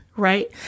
right